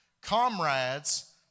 comrades